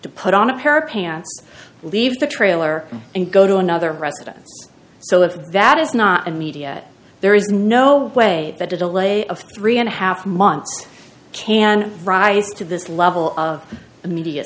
to put on a pair of pants leave the trailer and go to another residence so if that is not a media there is no way that the delay of three and a half months can rise to this level of immedia